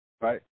right